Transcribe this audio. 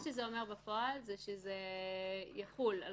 מה שזה אומר בפועל שזה יחול על